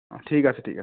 ঠিক আছে ঠিক আছে